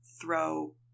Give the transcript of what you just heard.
throw